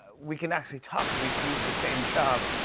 we can actually talk because we do the same job.